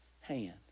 hand